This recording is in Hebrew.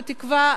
בתקווה,